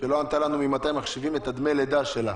שלא ענתה לנו ממתי מחשבים את דמי הלידה,